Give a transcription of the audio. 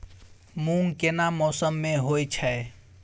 मूंग केना मौसम में होय छै?